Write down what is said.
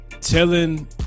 Telling